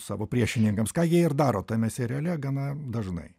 savo priešininkams ką jie ir daro tame seriale gana dažnai